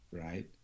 right